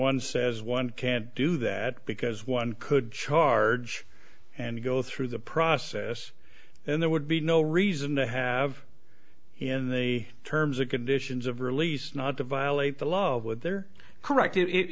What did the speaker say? one says one can't do that because one could charge and go through the process and there would be no reason to have in the terms and conditions of release not to violate the love with their correct